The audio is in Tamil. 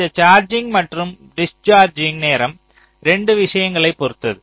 இந்த சார்ஜிங் மற்றும் டிஸ்சார்ஜ்ஜிங் நேரம் 2 விஷயங்களைப் பொறுத்தது